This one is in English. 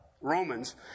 Romans